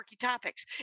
topics